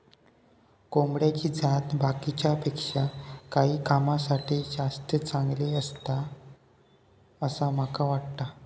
कोंबड्याची जाती बाकीच्यांपेक्षा काही कामांसाठी जास्ती चांगले आसत, असा माका वाटता